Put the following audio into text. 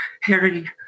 Harry